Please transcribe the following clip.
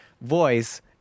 voice